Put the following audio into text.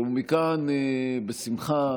ומכאן בשמחה,